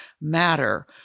matter